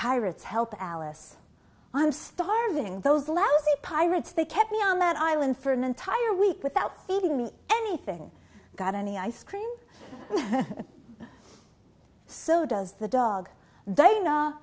pirates help alice i'm starving those lousy pirates they kept me on that island for an entire week without feeding me anything got any ice cream so does the dog they